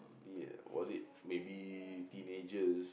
was it maybe teenager